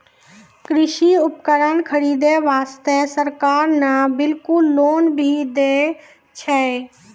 कृषि उपकरण खरीदै वास्तॅ सरकार न कुल लोन भी दै छै